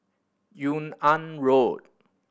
Yung An Road